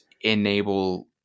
enable